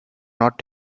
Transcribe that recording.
not